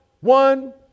one